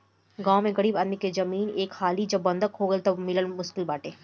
गांव में गरीब आदमी के जमीन एक हाली जब बंधक हो गईल तअ उ मिलल मुश्किल बाटे